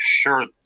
sure